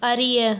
அறிய